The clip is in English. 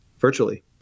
virtually